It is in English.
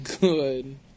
Good